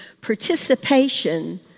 participation